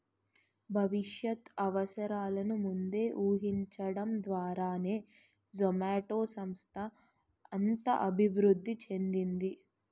భవిష్యత్ అవసరాలను ముందే ఊహించడం ద్వారానే జొమాటో సంస్థ అంత అభివృద్ధి చెందింది